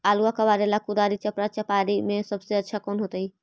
आलुआ कबारेला कुदारी, चपरा, चपारी में से सबसे अच्छा कौन होतई?